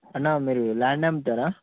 అన్నా మీరు ల్యాండ్ అమ్ముతారా